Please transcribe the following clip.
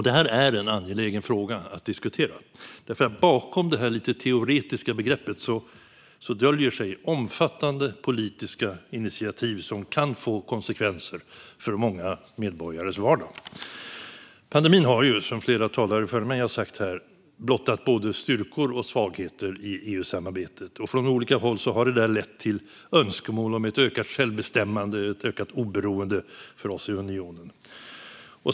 Detta är en angelägen fråga att diskutera, för bakom det lite teoretiska begreppet döljer sig omfattande politiska initiativ som kan få konsekvenser för många medborgares vardag. Pandemin har, som flera talare före mig har sagt här, blottat både styrkor och svagheter i EU-samarbetet. Från olika håll har detta lett till önskemål om ett ökat självbestämmande och oberoende för oss i unionen.